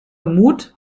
mut